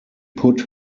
put